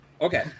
Okay